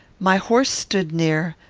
my horse stood near,